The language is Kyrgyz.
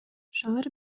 шаар